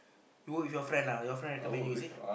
you work with your friend lah your friend recommend you is it